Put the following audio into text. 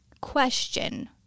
question